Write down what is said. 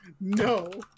No